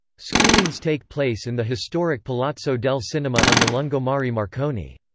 screenings take place in the historic palazzo del cinema on the lungomare yeah marconi.